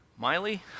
Miley